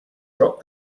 dropped